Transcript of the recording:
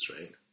right